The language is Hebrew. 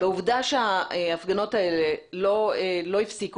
בעובדה שההפגנות האלה לא הפסיקו,